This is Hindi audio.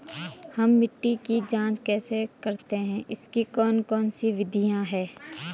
हम मिट्टी की जांच कैसे करते हैं इसकी कौन कौन सी विधियाँ है?